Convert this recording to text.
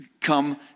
come